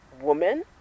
woman